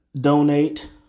Donate